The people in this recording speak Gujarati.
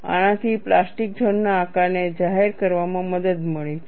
આનાથી પ્લાસ્ટિક ઝોન ના આકારને જાહેર કરવામાં મદદ મળી છે